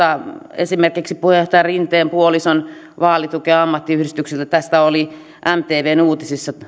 esimerkiksi puheenjohtaja rinteen puolison vaalitukea ammattiyhdistykseltä tästä oli mtvn uutisissa